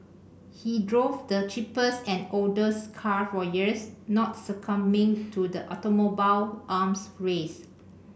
he drove the cheapest and oldest car for years not succumbing to the automobile arms race